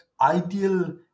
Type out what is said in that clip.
ideal